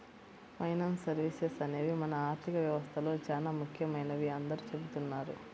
finance services అనేవి మన ఆర్థిక వ్యవస్థలో చానా ముఖ్యమైనవని అందరూ చెబుతున్నారు